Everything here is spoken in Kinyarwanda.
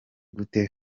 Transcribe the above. gute